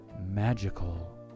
magical